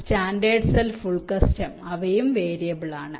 standard cell full custom അവയും variable ആണ്